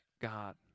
God